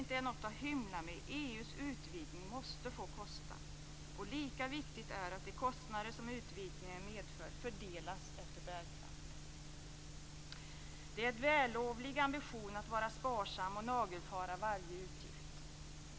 Det är inget att hymla med att EU:s utvidgning måste få kosta! Lika viktigt är att de kostnader som utvidgningen medför fördelas efter bärkraft. Det är en vällovlig ambition att vara sparsam och nagelfara varje utgift.